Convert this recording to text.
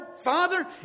Father